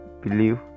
believe